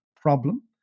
problem